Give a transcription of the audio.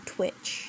Twitch